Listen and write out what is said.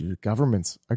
governments